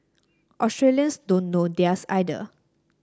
Australians don't know theirs either